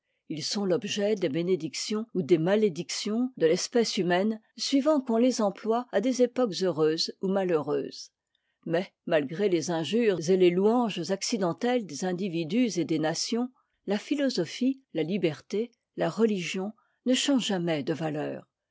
ils sont l'objet des bënédictions ou des malédictions de l'espèce humaine suivant qu'on les emploie à des époques heureuses ou malheureuses mais malgré les injures et les louanges accidentelles des individus et des nations la philosophie la liberté la religion ne changent jamais de valeur